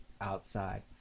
outside